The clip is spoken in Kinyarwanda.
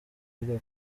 avuga